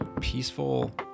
peaceful